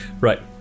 Right